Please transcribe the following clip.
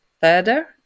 further